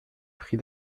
pris